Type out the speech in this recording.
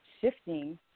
shifting